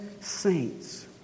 saints